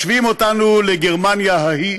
משווים אותנו לגרמניה ההיא.